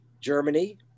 germany